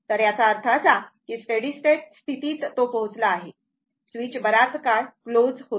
तर याचा अर्थ असा की स्टेडी स्टेट स्थितीत तो पोहोचला आहे स्विच बराच काळ क्लोज होता